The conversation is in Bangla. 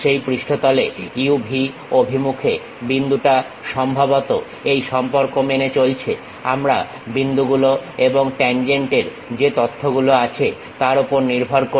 সেই পৃষ্ঠতলে u v অভিমুখে বিন্দুটা সম্ভবত এই সম্পর্ক মেনে চলছে আমাদের বিন্দুগুলো এবং ট্যানজেন্টের যে তথ্যগুলো আছে তার উপর নির্ভর করে